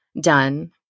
done